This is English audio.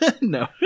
no